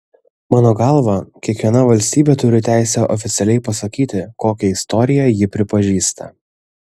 mano galva kiekviena valstybė turi teisę oficialiai pasakyti kokią istoriją ji pripažįsta